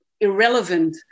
irrelevant